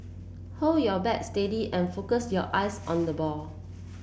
hold your bat steady and focus your eyes on the ball